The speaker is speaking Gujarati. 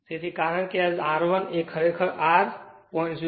તેથી કારણ કે આ R1 ખરેખર આ R તે 0